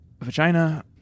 vagina